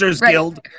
guild